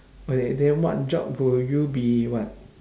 okay then what job will you be what